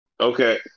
okay